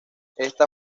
este